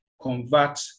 convert